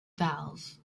valve